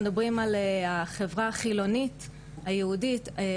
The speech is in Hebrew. מצאנו שאחד משלושה מתבגרים בכיתות ז' עד יב' עושה סקסטינג.